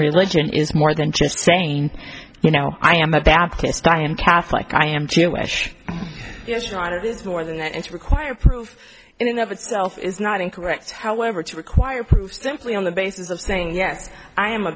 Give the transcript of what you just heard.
religion is more than just saying you know i am a baptist i am catholic i am jewish yes ron it is more than that it's required proof enough itself is not incorrect however to require proof simply on the basis of saying yes i am a